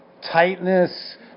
tightness